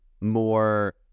more